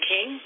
King